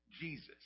Jesus